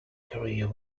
career